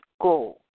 go